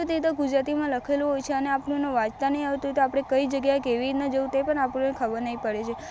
અને તે તો ગુજરાતીમાં લખેલું હોય છે અને આપણને વાંચતાં નહીં આવડતું તો આપણે કઈ જગ્યાએ કેવી રીતના જવું તે પણ આપણને ખબર નહીં પડે છે